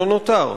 לא נותר.